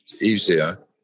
easier